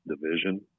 division